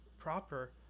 proper